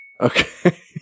Okay